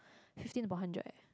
fifteen upon hundred eh